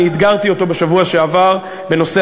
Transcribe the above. ואני אתגרתי אותו בשבוע שעבר בנושא